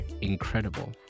incredible